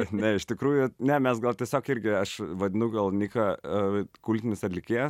ne iš tikrųjų ne mes gal tiesiog irgi aš vadinu gal niką kultinis atlikėjas